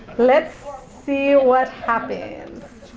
let's see what happens.